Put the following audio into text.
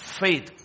faith